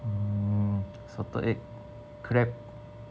hmm salted egg crab